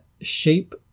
shape